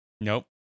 Nope